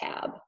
tab